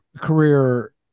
career